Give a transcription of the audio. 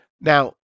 now